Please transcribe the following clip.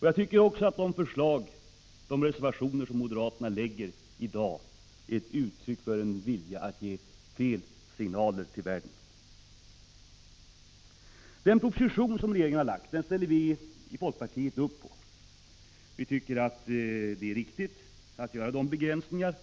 Men jag tycker att de reservationer som moderaterna röstar för i dag är ett uttryck för samma vilja att ge fel signaler till världen. Den proposition som regeringen lagt fram ställer vi i folkpartiet upp på. Vi tycker att det är riktigt att göra de begränsningar